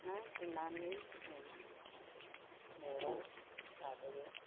ना गुरनानै जों न'आव लाबोयो